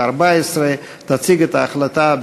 התשע"ד 2014. תציג את ההחלטה,